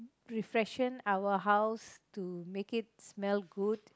refreshen our house to make it smell good